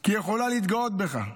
כי היא יכולה להתגאות בך.